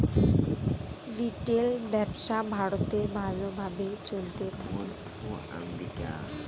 retail ব্যবসা ভারতে ভালো ভাবে চলতে থাকে